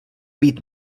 být